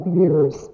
years